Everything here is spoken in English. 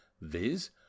viz